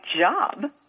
job